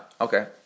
okay